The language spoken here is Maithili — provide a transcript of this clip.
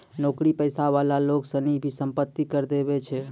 नौकरी पेशा वाला लोग सनी भी सम्पत्ति कर देवै छै